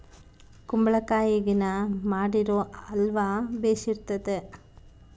ಕುಂಬಳಕಾಯಗಿನ ಮಾಡಿರೊ ಅಲ್ವ ಬೆರ್ಸಿತತೆ